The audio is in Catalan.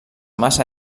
massa